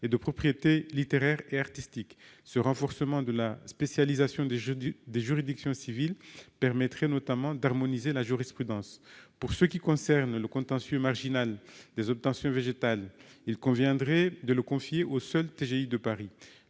et de propriété littéraire et artistique. Ce renforcement de la spécialisation des juridictions civiles permettrait notamment d'harmoniser la jurisprudence. Pour ce qui concerne le contentieux marginal des obtentions végétales, il conviendrait de le confier au seul TGI de Paris